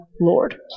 Lord